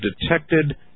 detected